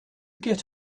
get